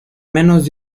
menos